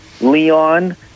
Leon